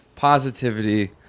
positivity